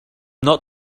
not